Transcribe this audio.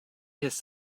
his